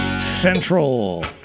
Central